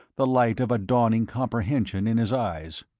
the light of a dawning comprehension in his eyes.